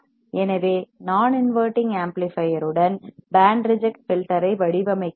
எனவே நான் inverting amplifier உடன் பேண்ட் ரிஜெக்ட் ஃபில்டர் ஐ வடிவமைக்கிறேன்